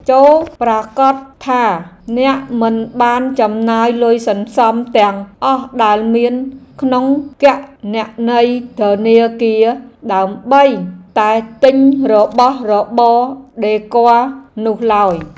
ចូរប្រាកដថាអ្នកមិនបានចំណាយលុយសន្សំទាំងអស់ដែលមានក្នុងគណនីធនាគារដើម្បីតែទិញរបស់របរដេគ័រនោះឡើយ។